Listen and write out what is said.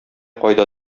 кайда